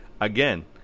Again